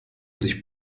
sich